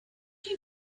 you